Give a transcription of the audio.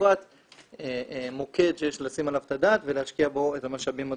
בפרט מוקד שיש לשים עליו את הדעת ולהשקיע בו את המשאבים הדרושים.